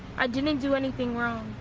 i didn't do anything wrong.